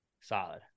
Solid